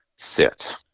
sit